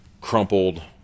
crumpled